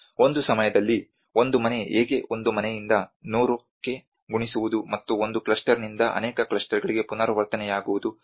ಒಂದು ಸಮಯದಲ್ಲಿ ಒಂದು ಮನೆ ಹೇಗೆ ಒಂದು ಮನೆಯಿಂದ 100 ಕ್ಕೆ ಗುಣಿಸುವುದು ಮತ್ತು ಒಂದು ಕ್ಲಸ್ಟರ್ನಿಂದ ಅನೇಕ ಕ್ಲಸ್ಟರ್ಗಳಿಗೆ ಪುನರಾವರ್ತನೆಯಾಗುವುದು